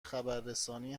خبررسانی